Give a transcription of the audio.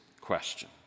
question